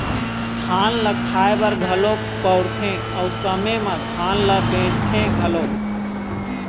धान ल खाए बर घलोक बउरथे अउ समे म धान ल बेचथे घलोक